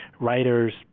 writers